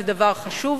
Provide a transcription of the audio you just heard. זה דבר חשוב.